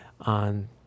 on